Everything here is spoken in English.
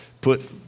put